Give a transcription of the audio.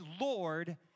Lord